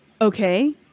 Okay